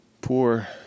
Poor